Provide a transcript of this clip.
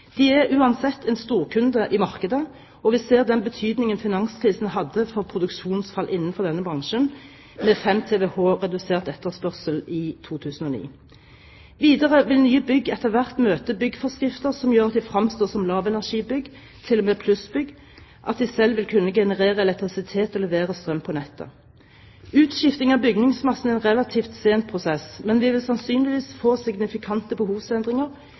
De er uansett en storkunde i markedet, og vi ser den betydningen finanskrisen hadde for produksjonsfall innenfor denne bransjen med 5 TWh redusert etterspørsel i 2009. Videre vil nye bygg etter hvert møte byggeforskrifter som gjør at de fremstår som lavenergibygg – til og med plussbygg – at de selv vil kunne generere elektrisitet og levere strøm på nettet. Utskifting av bygningsmassen er en relativt sen prosess, men vi vil sannsynligvis få signifikante behovsendringer